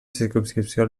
circumscripció